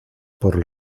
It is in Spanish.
por